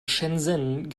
shenzhen